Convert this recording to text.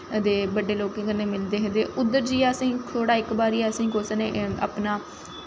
ते बड्डे लोकें कन्नै मिलदे हे ते उद्धर जाइयै असेंगी थोह्ड़ा इक बारी असेंगी कुसै